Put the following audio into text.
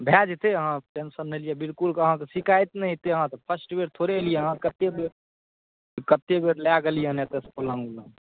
भए जेतै अहाँ टेंशन नहि लिअ बिलकुलके अहाँकेँ शिकायत नहि हेतै अहाँ फर्स्ट बेर थोड़े एलियै अहाँ कतेक बेर कतेक बेर लए गेलियै हँ पलङ्ग ओलङ्ग